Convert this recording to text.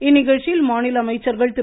இந்நிகழ்ச்சியில் மாநில அமைச்சர்கள் திரு